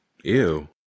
Ew